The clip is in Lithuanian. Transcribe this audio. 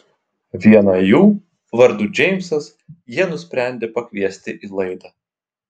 vieną jų vardu džeimsas jie nusprendė pakviesti į laidą